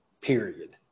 period